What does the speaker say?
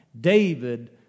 David